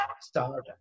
start